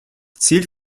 zielt